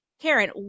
Karen